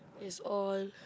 is all